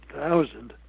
thousand